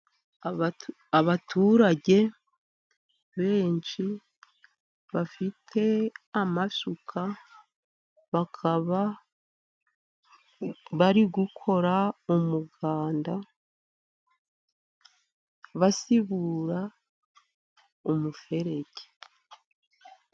Abaturage benshi bafite amasuka, bakaba bari gukora umuganda, basibura umuferege.